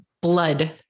blood